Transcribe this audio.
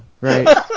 right